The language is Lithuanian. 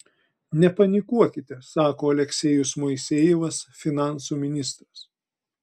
nepanikuokite sako aleksejus moisejevas finansų ministras